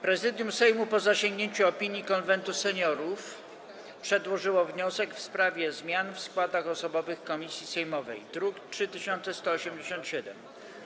Prezydium Sejmu, po zasięgnięciu opinii Konwentu Seniorów, przedłożyło wniosek w sprawie zmian w składzie osobowym komisji sejmowej, druk nr 3187.